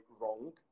wrong